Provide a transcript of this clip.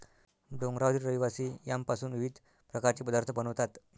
डोंगरावरील रहिवासी यामपासून विविध प्रकारचे पदार्थ बनवतात